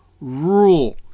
rule